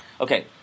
Okay